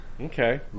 Okay